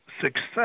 success